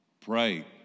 Pray